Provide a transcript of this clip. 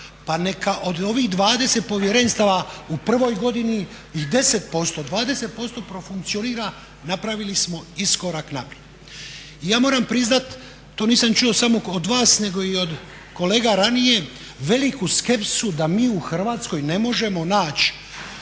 pa neka od ovih 20 povjerenstava u prvoj godini ih 10%, 20% profunkcionira napravili smo iskorak naprijed. Ja moram priznat, to nisam čuo samo od vas nego i od kolega ranije, veliku skepsu da mi u Hrvatskoj ne možemo naći